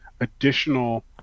additional